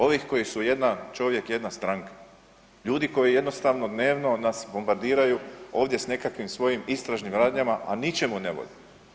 Ovih koji su jedan čovjek, jedna stranka, ljudi koji jednostavno dnevno nas bombardiraju ovdje sa nekakvim svojim istražnim radnjama, a ničemu ne vode.